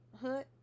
hood